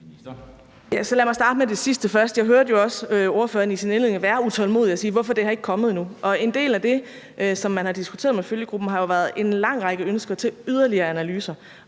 Jeg hørte også ordføreren i sin indledning være utålmodig og spørge, hvorfor det her ikke er kommet endnu. Men en del af det, som man har diskuteret med følgegruppen, har jo været en lang række ønsker til yderligere analyser.